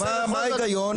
מה ההיגיון?